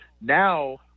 now –